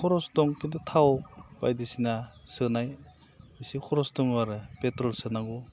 खरस दं खिन्थु थाव बायदिसिना सोनाय एसे खरस दं आरो पेट्रल सोनांगौ